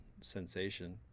sensation